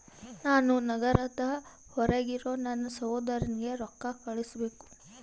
ನಾನು ನಗರದ ಹೊರಗಿರೋ ನನ್ನ ಸಹೋದರನಿಗೆ ರೊಕ್ಕ ಕಳುಹಿಸಬೇಕು